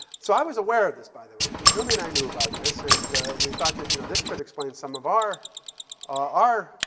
so i was aware of this, by the way. twomey and i knew about this, and and we thought that you know this could explain some of our measurements,